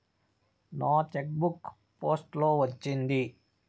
నా cheque book post లో వచ్చింది